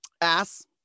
Ass